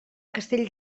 castell